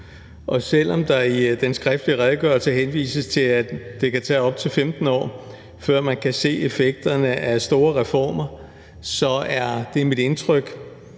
og selv om der i den skriftlige redegørelse henvises til, at det kan tage op til 15 år, før man kan se effekterne af store reformer, så er det mit indtryk,